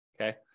okay